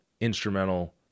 instrumental